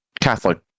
catholic